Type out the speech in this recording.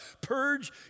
purge